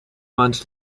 months